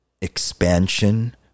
expansion